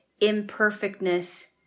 imperfectness